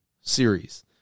series